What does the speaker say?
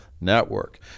Network